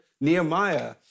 Nehemiah